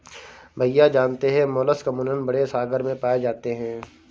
भैया जानते हैं मोलस्क अमूमन बड़े सागर में पाए जाते हैं